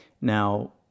Now